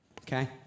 okay